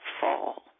fall